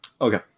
Okay